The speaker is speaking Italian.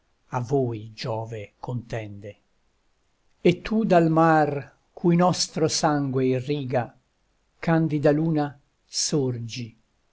a voi giove contende e tu dal mar cui nostro sangue irriga candida luna sorgi